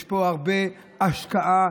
יש פה הרבה השקעה,